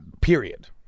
period